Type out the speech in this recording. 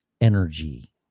energy